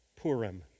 Purim